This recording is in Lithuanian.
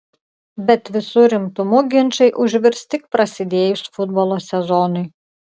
bet visu rimtumu ginčai užvirs tik prasidėjus futbolo sezonui